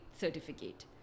certificate